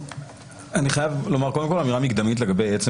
אני חייב לומר אמירה מקדמית לגבי עצם